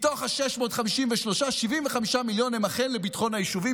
מתוך ה-653, 75 מיליון הם אכן לביטחון היישובים.